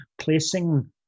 placing